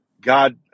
God